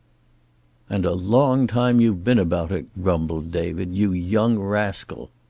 and a long time you've been about it, grumbled david. you young rascal!